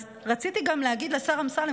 אז רציתי גם להגיד לשר אמסלם,